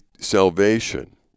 salvation